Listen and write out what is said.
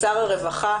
לשר הרווחה